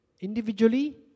Individually